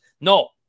no